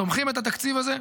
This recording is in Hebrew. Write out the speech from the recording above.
תומכים את התקציב הזה.